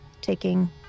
taking